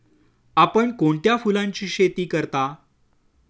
आपण कोणत्या फुलांची शेती करता?